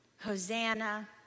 Hosanna